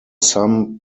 some